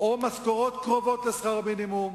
או משכורות קרובות לשכר מינימום,